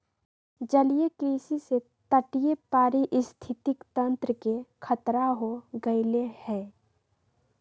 जलीय कृषि से तटीय पारिस्थितिक तंत्र के खतरा हो गैले है